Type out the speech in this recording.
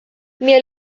mehr